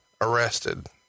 arrested